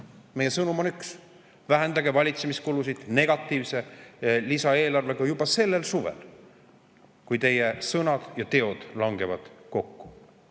Meie sõnum on üks: vähendage valitsemiskulusid negatiivse lisaeelarvega juba sellel suvel, et teie sõnad ja teod langeksid kokku.